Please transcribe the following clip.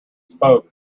spoke